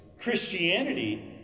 Christianity